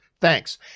thanks